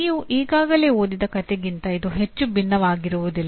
ನೀವು ಈಗಾಗಲೇ ಓದಿದ ಕಥೆಗಿಂತ ಇದು ಹೆಚ್ಚು ಭಿನ್ನವಾಗಿರುವುದಿಲ್ಲ